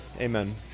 Amen